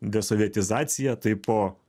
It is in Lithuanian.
desovietizaciją tai po